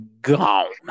gone